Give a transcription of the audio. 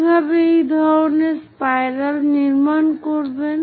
কিভাবে এই ধরনের স্পাইরাল নির্মাণ করবেন